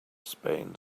spain